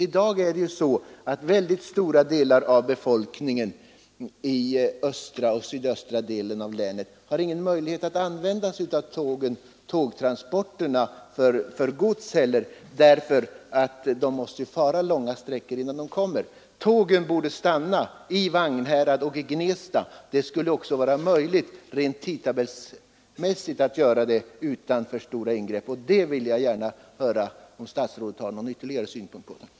I dag har väldigt stora delar av befolkningen i östra och sydöstra delen av länet ingen möjlighet att använda tågtransport för gods, eftersom de måste fara långa sträckor innan de kommer till en station där tågen stannar. Tågen borde stanna i Vagnhärad och Gnesta. Det skulle också rent tidtabellsmässigt vara möjligt utan alltför stora tidsingrepp. Jag vill gärna höra om statsrådet har någon ytterligare synpunkt på detta.